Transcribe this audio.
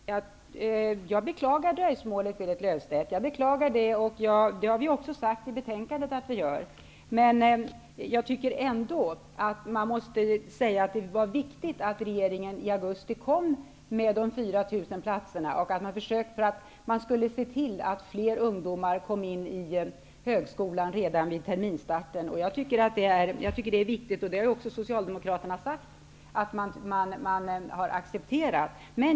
Herr talman! Jag beklagar dröjsmålet, Berit Löfstedt. Det har vi också sagt i betänkandet. Det var ändå viktigt att regeringen i augusti kom med de 4 000 platserna. Man ville se till att fler ungdomar kom in i högskolan redan vid terminsstarten. Jag tycker det är viktigt. Det har också Socialdemokraterna sagt att de accepterar.